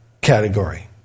category